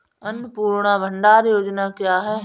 अन्नपूर्णा भंडार योजना क्या है?